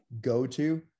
go-to